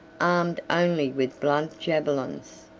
armed only with blunt javelins.